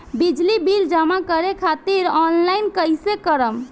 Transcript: बिजली बिल जमा करे खातिर आनलाइन कइसे करम?